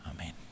amen